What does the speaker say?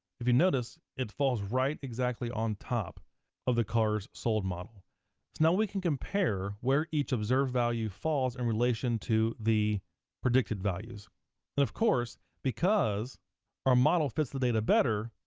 if you notice, it falls right exactly on top of the cars sold model. so now we can compare where each observed value falls in and relation to the predicted values. and of course because our model fits the data better,